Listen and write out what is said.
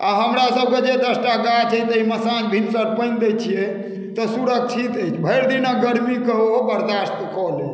आ हमरासभके जे दस टा गाछ अइ ताहिमे साँझ भिनसर पानि दैत छियै तऽ सुरक्षित अछि भरि दिनक गरमीके ओ बर्दाश्त कऽ लैए